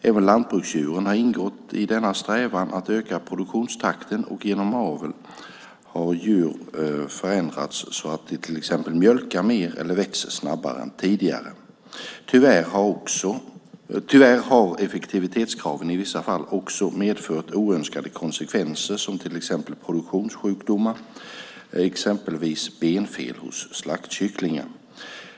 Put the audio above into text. Även lantbruksdjuren har ingått i denna strävan att öka produktionstakten, och genom aveln har djuren förändrats så att de till exempel mjölkar mer eller växer snabbare än tidigare. Tyvärr har effektivitetskraven i vissa fall också medfört oönskade konsekvenser som så kallade produktionssjukdomar, exempelvis benfel hos slaktkycklingar.